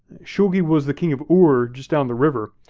shulgi was the king of ur, just down the river